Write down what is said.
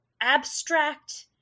abstract